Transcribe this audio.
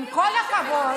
עם כל הכבוד,